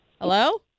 Hello